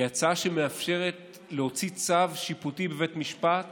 היא הצעה שמאפשרת להוציא צו שיפוטי בבית משפט